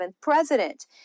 president